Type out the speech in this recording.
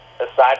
Aside